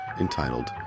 entitled